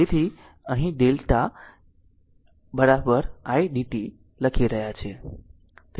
તેથી અહીં delta eq i dt લખી રહ્યા છીએ